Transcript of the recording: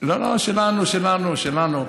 לא לא, שלנו שלנו שלנו.